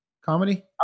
Comedy